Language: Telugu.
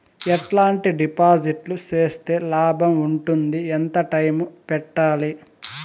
ఎట్లాంటి డిపాజిట్లు సేస్తే లాభం ఉంటుంది? ఎంత టైము పెట్టాలి?